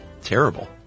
terrible